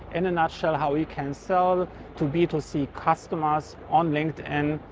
in a nutshell, how we can sell to b two c customers on linkedin.